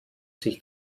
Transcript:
sich